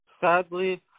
sadly